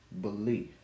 belief